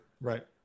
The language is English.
right